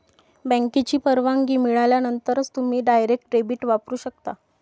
बँकेची परवानगी मिळाल्यानंतरच तुम्ही डायरेक्ट डेबिट वापरू शकता